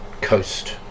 coast